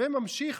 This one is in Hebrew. וממשיך